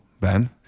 Ben